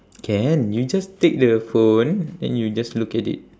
can you just take the phone then you just look at it